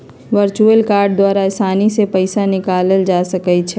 virtual card द्वारा असानी से पइसा निकालल जा सकइ छै